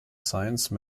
science